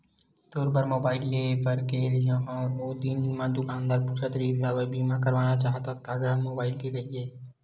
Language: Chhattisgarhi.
तोर बर मुबाइल लेय बर गे रेहें हव ओ दिन ता दुकानदार पूछत रिहिस हवय बीमा करना चाहथस का गा मुबाइल के कहिके